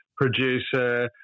producer